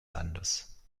landes